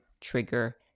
trigger